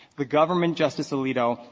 the government, justice alito,